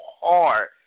hard